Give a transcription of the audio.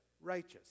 righteous